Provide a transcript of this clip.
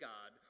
God